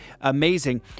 amazing